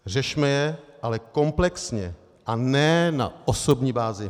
Řešme je ale komplexně, a ne na osobní bázi.